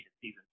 season